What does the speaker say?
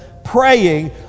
Praying